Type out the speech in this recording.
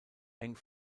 eng